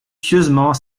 pieusement